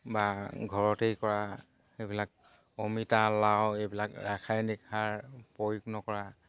বা ঘৰতেই কৰা এইবিলাক অমিতা লাও এইবিলাক ৰাসায়নিক সাৰ প্ৰয়োগ নকৰা